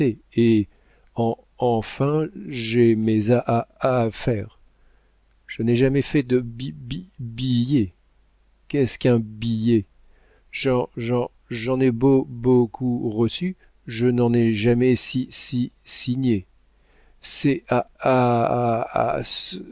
et en enfin j'ai mes aaaffaires je n'ai jamais fait de bi bi billets qu'est-ce qu'un billet j'en j'en j'en ai beau beaucoup reçu je n'en ai jamais si si signé ça